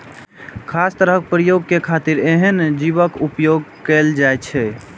खास तरहक प्रयोग के खातिर एहन जीवक उपोयग कैल जाइ छै